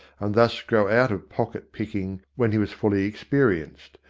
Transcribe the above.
and thus grow out of pocket-picking when he was fully experienced,